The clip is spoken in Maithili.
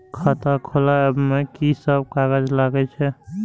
खाता खोलाअब में की सब कागज लगे छै?